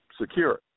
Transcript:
secure